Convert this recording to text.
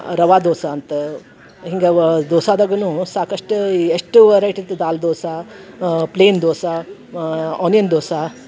ರವೆ ದೋಸೆ ಅಂತ ಹಿಂಗೆ ದೋಸದಾಗೂ ಸಾಕಷ್ಟು ಎಷ್ಟು ವರೈಟಿದ್ದು ದಾಲ್ ದೋಸೆ ಪ್ಲೈನ್ ದೋಸೆ ಆನಿಯನ್ ದೋಸೆ